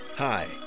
Hi